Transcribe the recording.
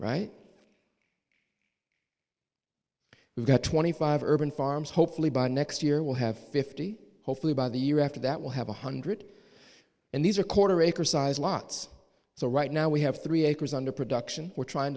right we've got twenty five urban farms hopefully by next year we'll have fifty hopefully by the year after that we'll have a hundred and these are quarter acre size lots so right now we have three acres under production we're trying